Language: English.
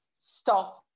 stop